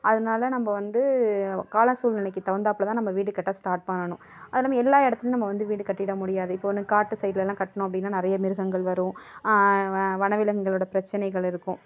அதனால் நம்ப வந்து கால சூழ்நிலைக்கு தகுந்தாப்புல தான் நம்ப வீடு கட்ட ஸ்டார்ட் பண்ணணும் அதுல்லாமல் எல்லா இடத்துலியும் நம்ப வீடு கட்டிட முடியாது இப்போ ஒன்று காட்டு சைடுலலாம் கட்டினோம் அப்படின்னா நிறையா மிருகங்கள் வரும் வன விலங்குகளோடய பிரச்சனைகள் இருக்கும்